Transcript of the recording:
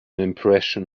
impression